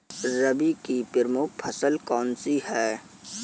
रबी की प्रमुख फसल कौन सी है?